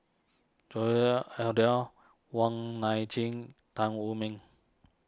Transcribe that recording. Wong Nai Chin Tan Wu Meng